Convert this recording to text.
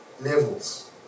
levels